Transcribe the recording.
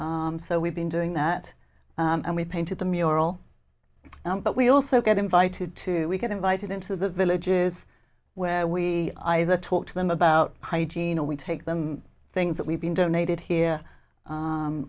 so we've been doing that and we painted the mural but we also get invited to we get invited into the villages where we either talk to them about hygiene or we take them things that we've been donated here